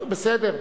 תודה רבה.